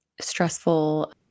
stressful